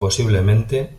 posiblemente